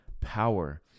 power